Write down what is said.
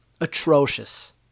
Atrocious